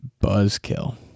buzzkill